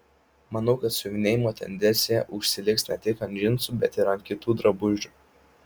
manau kad siuvinėjimo tendencija užsiliks ne tik ant džinsų bet ir ant kitų drabužių